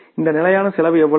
இந்த நிலையான செலவு எவ்வளவு